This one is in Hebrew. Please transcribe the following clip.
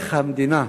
איך המדינה,